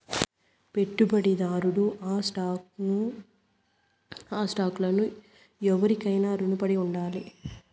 పెట్టుబడిదారుడు ఆ స్టాక్ లను ఎవురికైనా రునపడి ఉండాడు